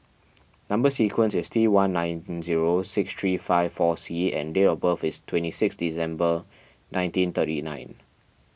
Number Sequence is T one nine zero six three five four C and date of birth is twenty six December nineteen thirty nine